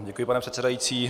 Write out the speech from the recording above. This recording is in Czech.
Děkuji, pane předsedající.